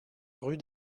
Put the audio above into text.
rue